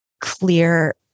clear